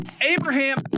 Abraham